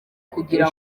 kugira